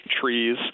trees